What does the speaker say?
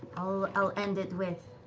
i'll end it with,